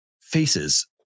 faces